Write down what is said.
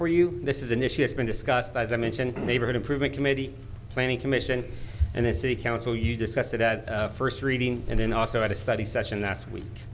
for you this is an issue has been discussed as i mentioned the neighborhood improvement committee planning commission and as a council you discussed it at first reading and then also at a study session last week